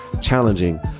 challenging